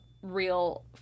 Real